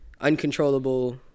uncontrollable